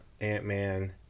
Ant-Man